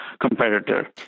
competitor